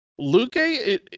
Luque